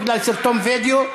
בגלל סרטון הווידיאו,